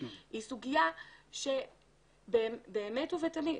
היא סוגיה שבאמת ובתמים,